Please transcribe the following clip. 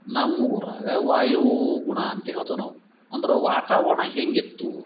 ನಮ್ಮ ಊರಾಗ ವಾಯುಗುಣ ಅಂತ ಹೇಳ್ತೇವೆ ನಾವು ಅಂದ್ರೆ ವಾತಾವರಣ ಹೇಗಿತ್ತು